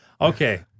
okay